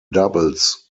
doubles